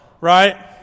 right